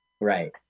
Right